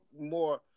more